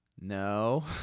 no